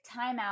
timeout